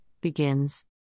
begins